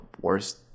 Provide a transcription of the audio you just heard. worst